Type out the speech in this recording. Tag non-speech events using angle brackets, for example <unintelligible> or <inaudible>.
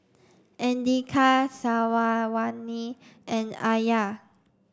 Andika <unintelligible> and Alya